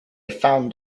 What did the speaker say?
found